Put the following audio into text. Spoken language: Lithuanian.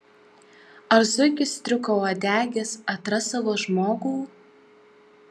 ar zuikis striukauodegis atras savo žmogų